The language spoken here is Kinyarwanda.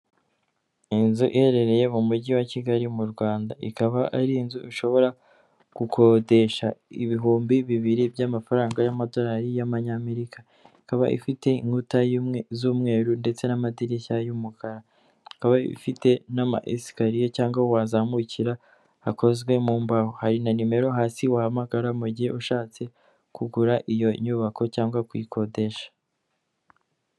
Inzu iherereye mu mujyi wa Kigali mu Rwanda ikaba ari inzu ushobora gukodesha ibihumbi bibiri by'amafaranga y'amadolari y'Amanyamerika ikaba ifite inkutamwe z'umweru ndetse n'amadirishya y'umukara ikaba ifite n'ama esikariye cyangwa aho wazamukira akozwe mu mbahoho hari na nimero hasi wahamagara gihe ushatse kugura iyo nyubako cyangwa kuyikodesha.